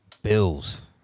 bills